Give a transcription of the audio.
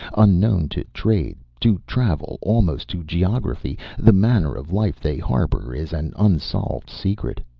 unknown to trade, to travel, almost to geography, the manner of life they harbor is an unsolved secret.